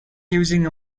using